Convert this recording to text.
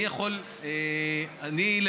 כן.